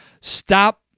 stop